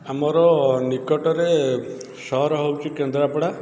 ଆମର ନିକଟରେ ସହର ହେଉଛି କେନ୍ଦ୍ରାପଡ଼ା